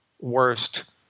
worst